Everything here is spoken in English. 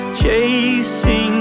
chasing